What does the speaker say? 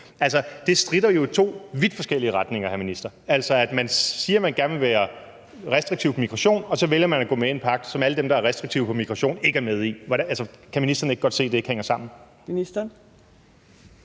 det stritter jo i to vidt forskellige retninger, hr. minister – altså at man siger, at man gerne vil være restriktiv med hensyn til migration, men så vælger at gå med i en pagt, som alle dem, der er restriktive med hensyn til migration, ikke er med i. Kan ministeren ikke godt se, at det ikke hænger sammen?